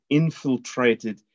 infiltrated